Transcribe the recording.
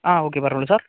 ആ ഓക്കെ പറഞ്ഞോളൂ സാര്